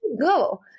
go